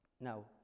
Now